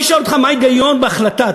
אני שואל אותך, מה ההיגיון בהחלטה?